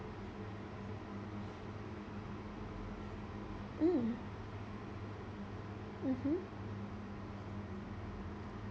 mm mmhmm